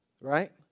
right